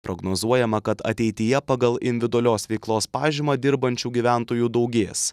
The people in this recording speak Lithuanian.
prognozuojama kad ateityje pagal individualios veiklos pažymą dirbančių gyventojų daugės